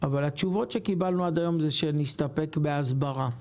אבל התשובות שקיבלנו עד היום הן שנסתפק בהסברה.